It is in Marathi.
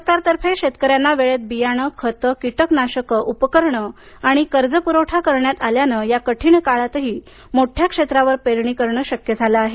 सरकारतर्फे शेतकऱ्यांना वेळेत बियाणे खाते कीटकनाशके उपकरणे कर्ज पुरवठा करण्यात आल्याने या कठीण काळातही मोठ्या क्षेत्रावर पेरणी करणे शक्य झाले आहे